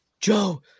Joe